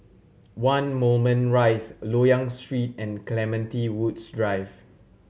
One Moulmein Rise Loyang Street and Clementi Woods Drive